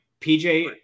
PJ